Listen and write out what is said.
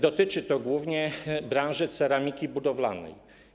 Dotyczy to głównie branży ceramiki budowlanej.